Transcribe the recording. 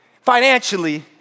financially